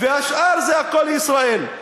והשאר זה הכול ישראל,